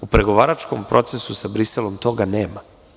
U pregovaračkom procesu sa Briselom toga nema.